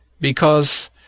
Because